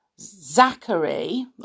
Zachary